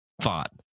thought